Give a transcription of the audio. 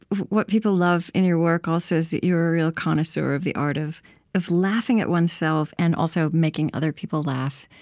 what people love in your work, also, is that you are a real connoisseur of the art of of laughing at oneself and, also, making other people laugh.